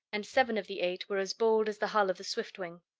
and seven of the eight were as bald as the hull of the swiftwing.